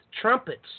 trumpets